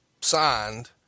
signed